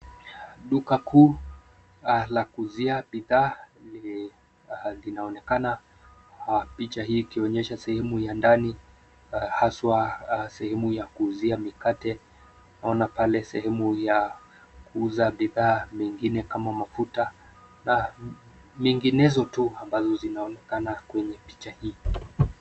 Duka kuu la kuuzia bidhaa linaonekana picha hii ikionyesha sehemu ya ndani haswa, sehemu ya kuuzia mikate. Naona pale sehemu ya kuuza bidhaa mengine kama mafuta na menginezo tu ambazo zinaonekana kwenye picha.